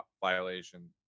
violation